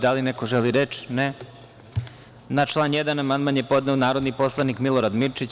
Da li neko želi reč? (Ne) Na član 1. amandman je podneo narodni poslanik Milorad Mirčić.